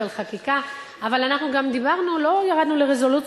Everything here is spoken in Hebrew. אבל אנחנו גם דיברנו, לא ירדנו לרזולוציות.